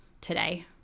today